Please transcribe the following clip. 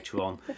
on